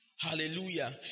Hallelujah